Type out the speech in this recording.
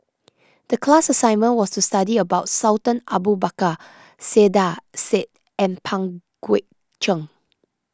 the class assignment was to study about Sultan Abu Bakar Saiedah Said and Pang Guek Cheng